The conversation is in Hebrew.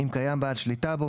אם קיים בעל שליטה בו,